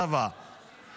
חבר הכנסת צביקה פוגל,